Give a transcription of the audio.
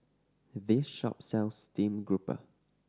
this shop sells stream grouper